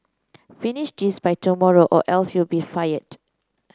finish this by tomorrow or else you'll be fired